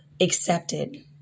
accepted